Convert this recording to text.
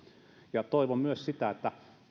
toivon myös sitä että